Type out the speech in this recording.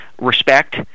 respect